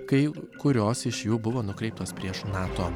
kai kurios iš jų buvo nukreiptos prieš nato